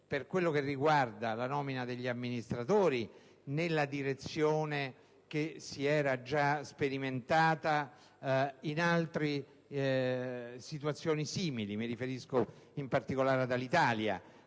per quello che riguarda la nomina degli amministratori, nella direzione che si era già sperimentata in altre situazioni simili (mi riferisco in particolare all'Alitalia),